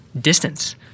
distance